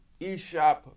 eShop